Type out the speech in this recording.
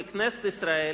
ככנסת ישראל,